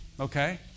Okay